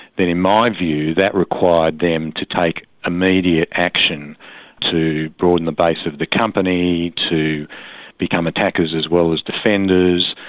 then in my view that required them to take immediate action to broaden the base of the company, to become attackers as well as defenders,